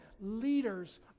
leaders